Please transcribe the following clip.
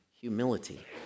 humility